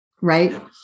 right